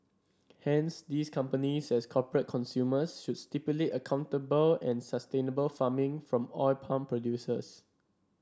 hence these companies as corporate consumers should stipulate accountable and sustainable farming from oil palm producers